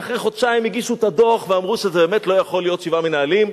ואחרי חודשיים הגישו את הדוח ואמרו שזה באמת לא יכול להיות שבעה מנהלים.